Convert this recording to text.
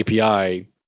API